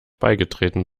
beigetreten